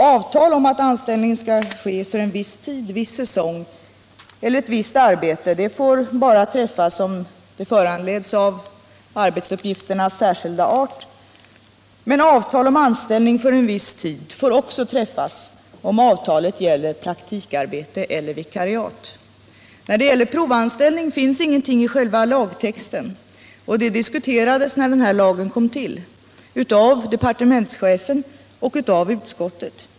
Avtal om att anställning skall ske för en viss tid, en viss säsong eller ett visst arbete får träffas bara om ett sådant föranleds av arbetsuppgifternas särskilda art. Men avtal om anställning för en viss tid får träffas, om avtalet gäller praktikarbete eller vikariat. När det gäller provanställning finns ingenting skrivet i själva lagtexten, och det diskuterades när lagen kom till av departementschefen och utskottet.